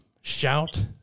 shout